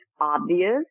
obvious